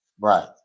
Right